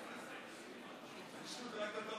25 בעד.